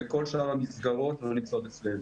וכל שאר המסגרות לא נמצאות אצלנו.